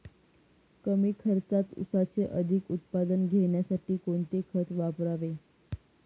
कमी खर्चात ऊसाचे अधिक उत्पादन घेण्यासाठी कोणते खत वापरावे?